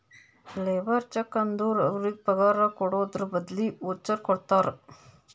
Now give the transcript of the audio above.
labour cheque ಅಂದುರ್ ಅವ್ರಿಗ ಪಗಾರ್ ಕೊಡದ್ರ್ ಬದ್ಲಿ ವೋಚರ್ ಕೊಡ್ತಾರ